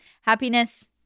happiness